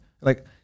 Like-